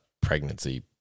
pregnancy